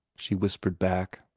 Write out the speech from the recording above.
she whispered back.